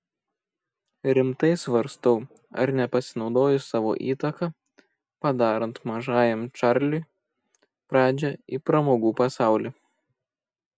rimtai svarstau ar nepasinaudojus savo įtaka padarant mažajam čarliui pradžią į pramogų pasaulį